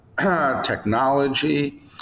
technology